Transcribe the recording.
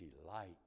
delight